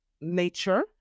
nature